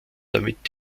damit